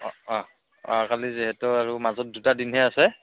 অঁ অঁ অহাকালি যিহেতু আৰু মাজত দুটা দিনহে আছে